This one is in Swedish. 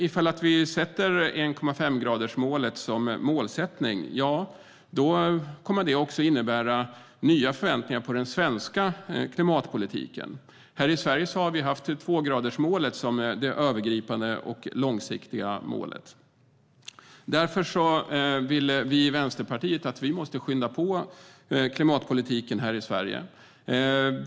Ifall vi har 1,5 grader som målsättning kommer det att innebära nya förväntningar på den svenska klimatpolitiken. Här i Sverige har vi haft tvågradersmålet som det övergripande långsiktiga målet. Därför tycker vi i Vänsterpartiet att vi måste skynda på klimatpolitiken här i Sverige.